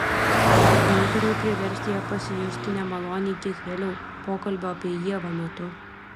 nutariau priversti ją pasijusti nemaloniai kiek vėliau pokalbio apie ievą metu